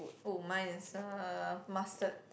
oh mine is a mustard